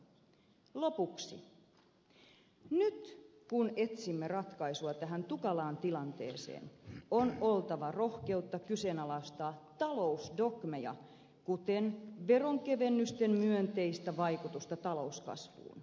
lopuksi nyt kun etsimme ratkaisua tähän tukalaan tilanteeseen on oltava rohkeutta kyseenalaistaa talousdogmeja kuten veronkevennysten myönteistä vaikutusta talouskasvuun